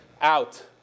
out